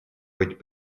быть